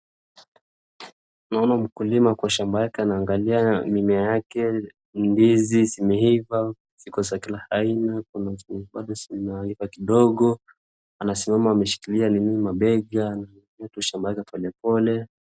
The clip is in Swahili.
Naona mkulima kwa shamba yake anaangalia mimea yake ndizi zimeivaa ziko za kila aina kuna zenye bado zinaiva kidogo anasimama anashikilia nini mabega akiangalia tu shamba yake polepole.